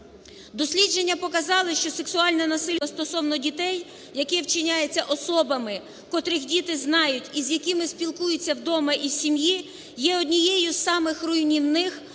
Дослідження показали, що сексуальне насильство стосовно дітей, яке вчиняється особами, котрих діти знають і з якими спілкуються вдома і в сім'ї, є однією з самих руйнівних